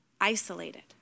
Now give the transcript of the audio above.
isolated